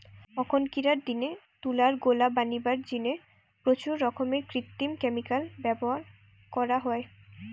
অখনকিরার দিনে তুলার গোলা বনিবার জিনে প্রচুর রকমের কৃত্রিম ক্যামিকাল ব্যভার করা হয়